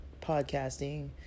podcasting